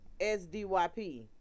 SDYP